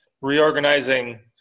reorganizing